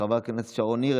חברת הכנסת שרון ניר,